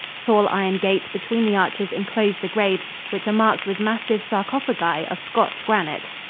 tall iron gates between the arches enclose the graves, which are marked with massive sarcophagi of scotch granite.